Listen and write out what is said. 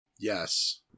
Yes